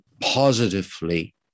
positively